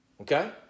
okay